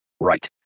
right